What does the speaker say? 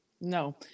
No